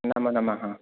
नमो नमः